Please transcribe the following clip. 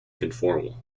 conformal